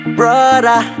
brother